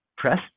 Press